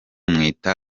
mwita